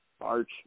Arch